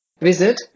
Visit